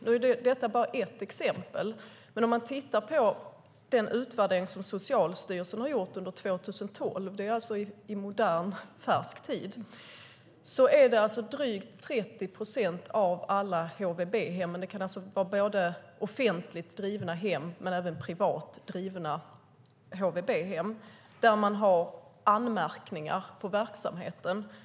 Nu är detta bara ett exempel, men om man ser på den utvärdering som Socialstyrelsen har gjort under 2012 - det är alltså i modern, färsk tid - kan man se att drygt 30 procent av HVB-hemmen, antingen de är offentligt eller privat drivna, har anmärkningar på verksamheten.